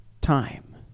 time